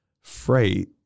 Freight